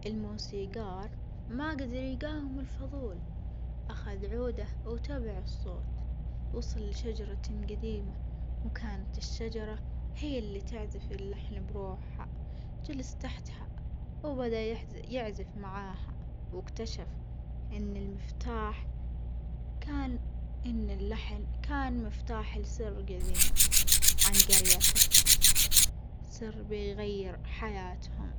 الموسيجار ما جدر يجاوم الفظول أخذ عوده وتبع الصوت، وصل لشجرة جديمة وكانت الشجرة هي اللي تعزف اللحن بروحها، جلس تحتها وبدأ يحز يعزف معاها وإكتشف إن المفتاح كان إن اللحن كان مفتاح لسر جديم عن جريته سر بيغير حياتهم.